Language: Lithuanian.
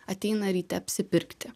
ateina ryte apsipirkti